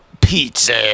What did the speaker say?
pizza